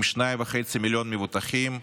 עם שניים וחצי מיליון מבוטחים,